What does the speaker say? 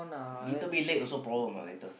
little bit late also problem ah later